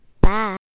Bye